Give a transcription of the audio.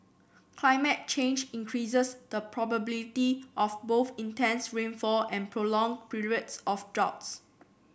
climate change increases the probability of both intense rainfall and prolonged periods of droughts